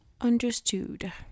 Understood